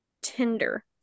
Tinder